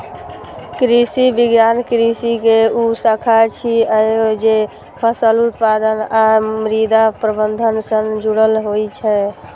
कृषि विज्ञान कृषि के ऊ शाखा छियै, जे फसल उत्पादन आ मृदा प्रबंधन सं जुड़ल होइ छै